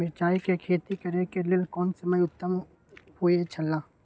मिरचाई के खेती करे के लेल कोन समय उत्तम हुए छला?